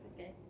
Okay